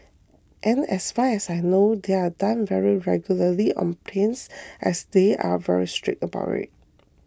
and as far as I know they are done very regularly on planes as they are very strict about it